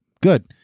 good